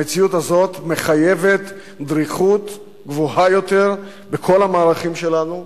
המציאות הזאת מחייבת דריכות גבוהה יותר בכל המערכים שלנו,